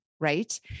right